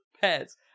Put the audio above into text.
pets